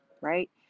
right